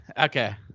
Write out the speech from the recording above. okay